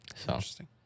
Interesting